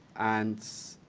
and